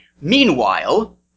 meanwhile